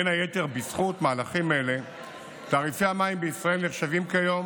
בין היתר בזכות מהלכים אלה תעריפי המים בישראל נחשבים כיום